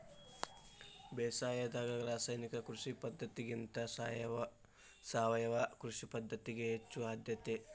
ಬೇಸಾಯದಾಗ ರಾಸಾಯನಿಕ ಕೃಷಿ ಪದ್ಧತಿಗಿಂತ ಸಾವಯವ ಕೃಷಿ ಪದ್ಧತಿಗೆ ಹೆಚ್ಚು ಆದ್ಯತೆ